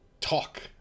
talk